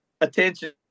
attention